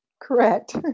Correct